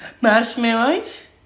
marshmallows